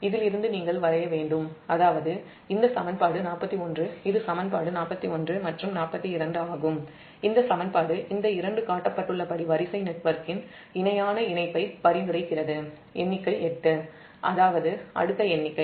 இதிலிருந்து நீங்கள் வரைய வேண்டும் அதாவது இந்த சமன்பாடு 41 மற்றும் சமன்பாடு 42 ஆகும் இந்த சமன்பாடு இந்த இரண்டு காட்டப்பட்டுள்ளபடி வரிசை நெட்வொர்க்கின் இணையான இணைப்பை பரிந்துரைக்கிறது எண்ணிக்கை 8 அதாவது அடுத்த எண்ணிக்கை